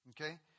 Okay